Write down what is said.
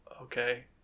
okay